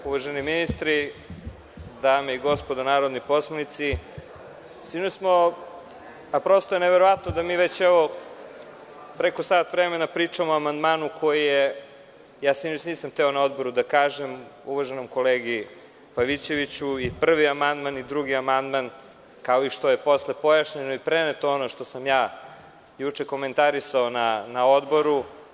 Uvaženi ministri, dame i gospodo, narodni poslanici, prosto je neverovatno da mi već evo preko sat vremena pričamo o amandmanu koji je, sinoć nisam hteo na odboru da kažem uvaženom kolegi Pavićeviću, i prvi i drugi amandman, kao što je posle pojašnjeno i preneto ono što sam juče komentarisao na odboru.